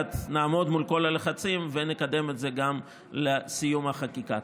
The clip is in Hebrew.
ביחד נעמוד מול כל הלחצים ונקדם את זה גם לסיום החקיקה.